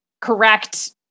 correct